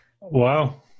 Wow